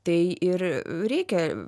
tai ir reikia